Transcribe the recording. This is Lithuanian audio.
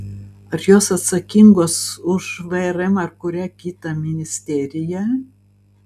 ar jos atsakingos už vrm ar kurią kitą ministeriją